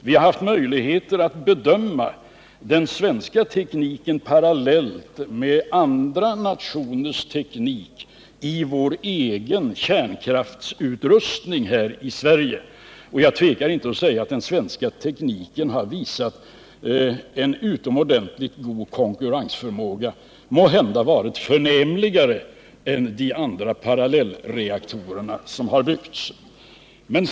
Vi har haft möjlighet att bedöma den svenska tekniken parallellt med andra nationers teknik i vår egen kärnkraftsutrustning här i Sverige. Jag tvekar inte att säga att den svenska tekniken har visat en utomordentligt god konkurrensförmåga. Måhända har den varit förnämligare än de andra parallellreaktorer som byggts.